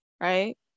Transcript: right